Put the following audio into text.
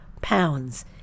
pounds